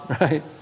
right